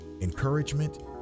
encouragement